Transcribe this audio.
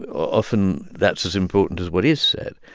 often, that's as important as what is said.